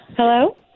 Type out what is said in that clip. Hello